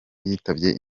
yitabye